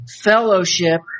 fellowship